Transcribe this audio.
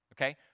Okay